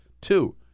Two